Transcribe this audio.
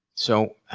so,